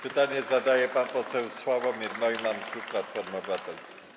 Pytanie zadaje pan poseł Sławomir Neumann, klub Platforma Obywatelska.